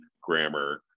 grammar